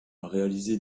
réaliser